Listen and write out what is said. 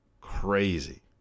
Crazy